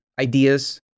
ideas